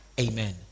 Amen